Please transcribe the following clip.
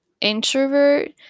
introvert